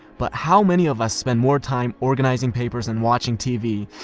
but how many of us spend more time organizing papers and watching tv,